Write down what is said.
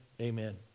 Amen